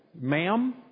ma'am